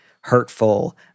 hurtful